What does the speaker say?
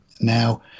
now